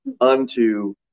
unto